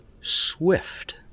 SWIFT